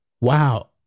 Wow